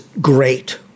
great